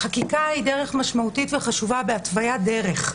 חקיקה היא דרך משמעותית וחשובה בהתוויית דרך,